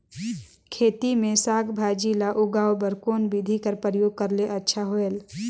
खेती मे साक भाजी ल उगाय बर कोन बिधी कर प्रयोग करले अच्छा होयल?